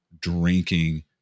drinking